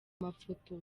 mafoto